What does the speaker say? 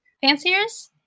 Fanciers